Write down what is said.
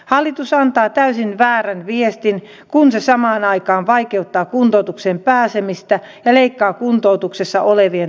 hallitus antaa täysin väärän viestin kun se samaan aikaan vaikeuttaa kuntoutukseen pääsemistä ja leikkaa kuntoutuksessa olevien toimeentuloa